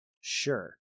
Sure